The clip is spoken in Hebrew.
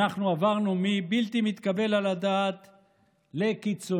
אנחנו עברנו מבלתי מתקבל על הדעת לקיצוני.